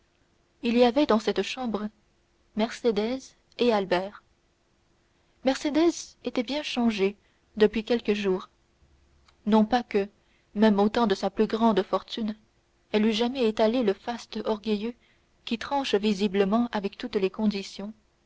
il y avait dans cette chambre mercédès et albert mercédès était bien changée depuis quelques jours non pas que même au temps de sa plus grande fortune elle eût jamais étalé le faste orgueilleux qui tranche visiblement avec toutes les conditions